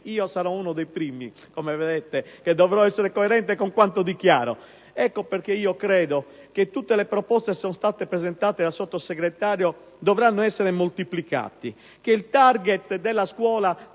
Io sarò uno dei primi a dover essere coerente con quanto dichiaro. Ecco perché credo che tutte le proposte che sono state presentate dal Sottosegretario dovranno essere moltiplicate. Il *target* della scuola